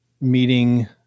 meeting